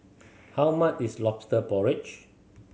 how much is Lobster Porridge